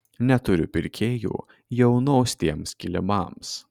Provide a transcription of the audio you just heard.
neturiu pirkėjų jau nuaustiems kilimams